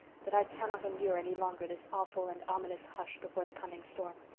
that i cannot endure any longer this awful and ominous hush before the coming storm.